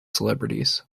celebrities